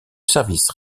service